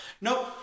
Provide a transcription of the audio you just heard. nope